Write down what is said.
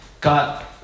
got